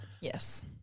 Yes